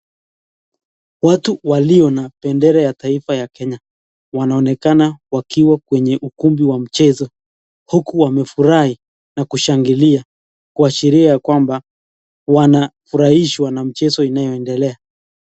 Watu walio na bendera ya taifa ya Kenya wanaonekana wakiwa kwenye ukumbi wa michezo huku wamefurahi na kushangilia kuashiria kwamba wanafurahishwa na mchezo unaoendelea.